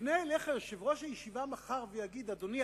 כשיפנה אליך יושב-ראש הישיבה מחר ויגיד: אדוני,